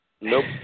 Nope